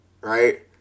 right